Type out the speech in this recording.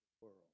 world